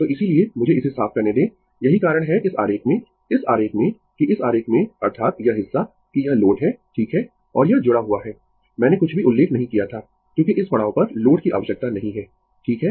तो इसीलिए मुझे इसे साफ करने दें यही कारण है इस आरेख में इस आरेख में कि इस आरेख में अर्थात यह हिस्सा कि यह लोड है ठीक है और यह जुड़ा हुआ है मैंने कुछ भी उल्लेख नहीं किया था क्योंकि इस पड़ाव पर लोड की आवश्यकता नहीं है ठीक है